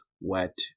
wet